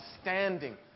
standing